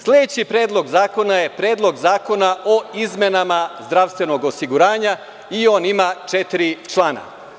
Sledeći predlog zakona je Predlog zakona o izmenama zdravstvenog osiguranja i on ima četiri člana.